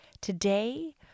today